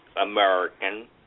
American